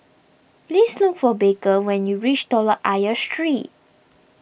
please look for Baker when you reach Telok Ayer Street